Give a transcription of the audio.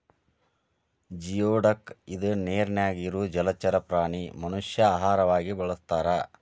geoduck ಇದ ನೇರಿನ್ಯಾಗ ಇರು ಜಲಚರ ಪ್ರಾಣಿ ಮನಷ್ಯಾ ಆಹಾರವಾಗಿ ಬಳಸತಾರ